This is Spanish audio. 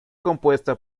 compuesta